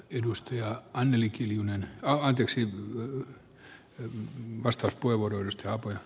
edustaja anneli kiljunen ja yksi on näitä talousasioita